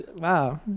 wow